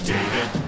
David